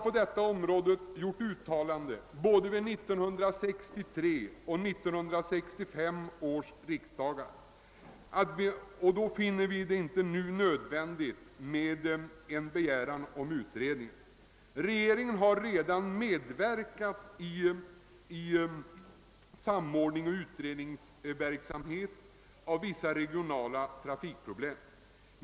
Både 1963 och 1965 års riksdagar har funnit att det inte är nödvändigt att begära sådan utredning. Regeringen har redan medverkat till samordning och utredningsverksamhet av vissa regionala trafikproblem.